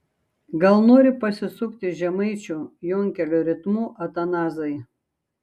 gal nori pasisukti žemaičių jonkelio ritmu atanazai